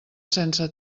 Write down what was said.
sense